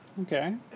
Okay